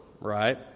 right